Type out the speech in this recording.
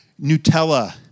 Nutella